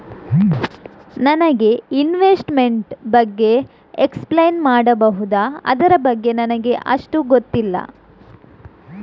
ನನಗೆ ಇನ್ವೆಸ್ಟ್ಮೆಂಟ್ ಬಗ್ಗೆ ಎಕ್ಸ್ಪ್ಲೈನ್ ಮಾಡಬಹುದು, ಅದರ ಬಗ್ಗೆ ನನಗೆ ಅಷ್ಟು ಗೊತ್ತಿಲ್ಲ?